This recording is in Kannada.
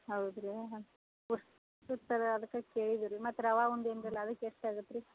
ಹೌದು ರೀ ವಸ್ ಸುತ್ತದ ಅದಕ್ಕೆ ಕೇಳಿದೆವು ರೀ ಮತ್ತು ರವೇ ಉಂಡೆ ಅಂದೆಲ್ಲ ಅದಕ್ಕೆ ಎಷ್ಟು ಆಗತ್ತೆ ರೀ